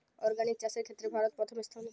organic চাষের ক্ষেত্রে ভারত প্রথম স্থানে